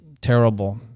terrible